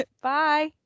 Bye